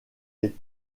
des